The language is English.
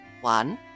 One